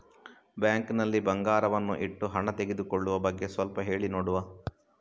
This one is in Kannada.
ಬ್ಯಾಂಕ್ ನಲ್ಲಿ ಬಂಗಾರವನ್ನು ಇಟ್ಟು ಹಣ ತೆಗೆದುಕೊಳ್ಳುವ ಬಗ್ಗೆ ಸ್ವಲ್ಪ ಹೇಳಿ ನೋಡುವ?